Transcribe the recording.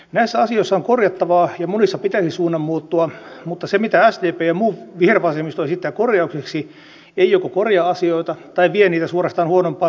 näissä asioissa on korjattavaa ja monissa pitäisi suunnan muuttua mutta se mitä sdp ja vihervasemmisto esittävät korjaukseksi joko ei korjaa asioita tai vie niitä suorastaan huonompaan suuntaan